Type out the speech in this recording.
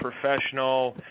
professional